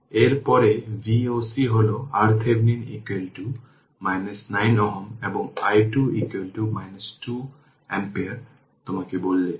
এর পরে Voc হল RThevenin 9 Ω এবং i2 2 অ্যাম্পিয়ার তোমাকে বলেছিল